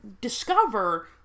discover